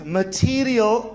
material